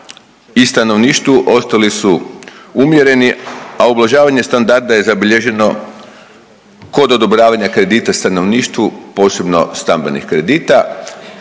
i stanovništvu ostali su umjereni, a ublažavanje standarda je zabilježeno kod odobravanja kredita stanovništvu, posebno stamben ih kredita.